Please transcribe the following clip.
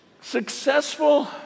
successful